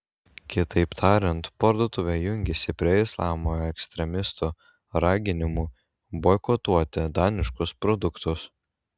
kitaip tariant parduotuvė jungiasi prie islamo ekstremistų raginimų boikotuoti daniškus produktus